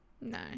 No